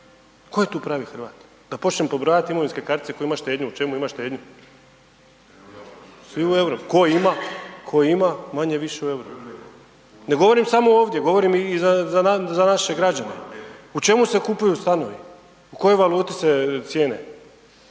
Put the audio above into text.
tko je tu pravi Hrvat? Da počnem pobrajati imovinske kartice tko ima štednju u čemu ima štednju? Svi u euru. Tko je ima, manje-više je u eurima. Ne govorim samo ovdje, govorim i za naše građane u čemu se kupuju stanovi, u kojoj valuti se cijene